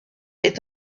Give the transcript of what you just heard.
est